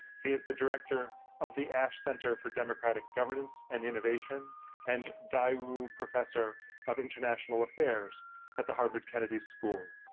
he is the director of the ash center for democratic governance and innovation and daewoo professor of international affairs at the harvard kennedy school,